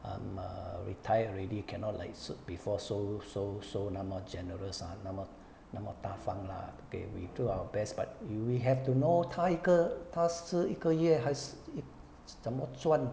I'm err retired already cannot like so before so so so 那么 generous ah 那么那么大方 lah okay we do our best but we have to know 她一个她是一个月还是怎么赚